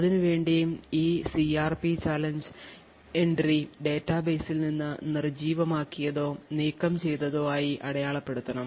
അതിനുവേണ്ടി ഈ CRP challenge entry ഡാറ്റാബേസിൽ നിന്ന് നിജീവമാക്കിയതോ നീക്കംചെയ്തതോ ആയി അടയാളപ്പെടുത്തണം